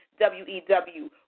WEW